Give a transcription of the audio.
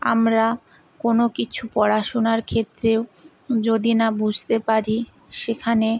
আমরা কোনো কিছু পড়াশোনার ক্ষেত্রেও যদি না বুঝতে পারি সেখানে